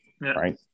right